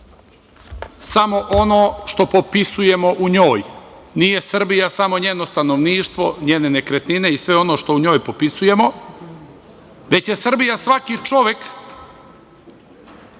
samo ono što popisujemo u njoj. Nije Srbija samo njeno stanovništvo, njene nekretnine i sve ono što u njoj popisujemo, već je Srbija svaki čovek,